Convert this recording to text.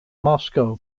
moscow